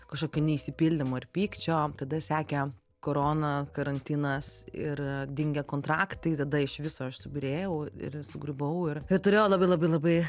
kažkokio neišsipildymo ir pykčio tada sekė korona karantinas ir dingę kontraktai tada iš viso aš subyrėjau ir sugriuvau ir turėjo labai labai labai